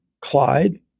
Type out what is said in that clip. Clyde